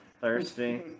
Thirsty